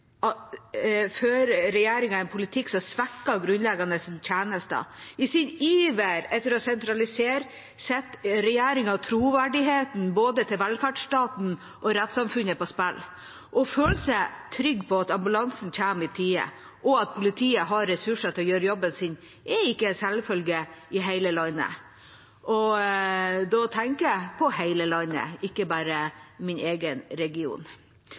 en politikk som svekker grunnleggende tjenester. I sin iver etter å sentralisere setter regjeringen troverdigheten til både velferdsstaten og rettssamfunnet på spill. Å føle seg trygg på at ambulansen kommer i tide, og at politiet har ressurser til å gjøre jobben sin, er ikke en selvfølge i hele landet. Da tenker jeg på hele landet, ikke bare på min egen region,